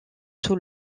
tout